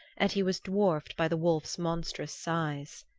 and he was dwarfed by the wolf's monstrous size.